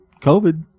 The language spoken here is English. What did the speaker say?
COVID